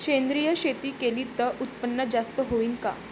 सेंद्रिय शेती केली त उत्पन्न जास्त होईन का?